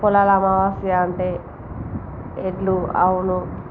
పొలాలమావాస్య అంటే ఎడ్లు ఆవును